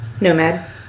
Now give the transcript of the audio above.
Nomad